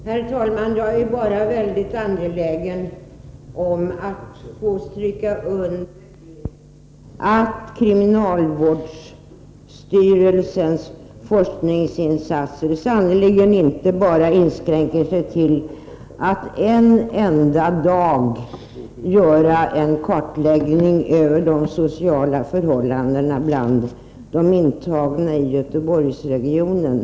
Herr talman! Jag är väldigt angelägen om att få stryka under att kriminalvårdsstyrelsens forskningsinsatser sannerligen inte bara inskränker sig till att en enda dag göra en kartläggning av de sociala förhållandena bland de intagna i Göteborgsregionen.